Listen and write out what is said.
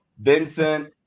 Vincent